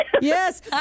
Yes